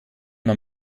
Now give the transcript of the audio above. man